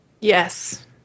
Yes